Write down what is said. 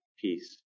Peace